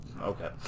Okay